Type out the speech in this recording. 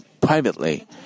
privately